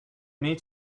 meet